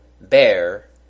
Bear